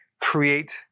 create